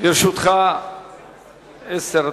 לרשותך עשר דקות.